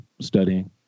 Studying